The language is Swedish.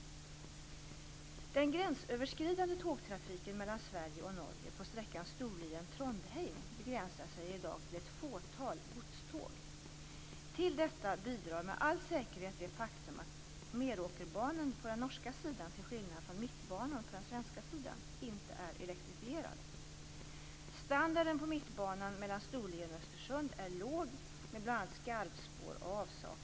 Den gränsöverskridande tågtrafiken mellan Sverige och Norge på sträckan Storlien-Trondheim begränsar sig i dag till ett fåtal godståg. Till detta bidrar med all säkerhet det faktum att Meråkerbanen på den norska sidan, till skillnad från Mittbanan på den svenska sidan, inte är elektrifierad.